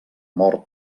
mort